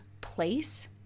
place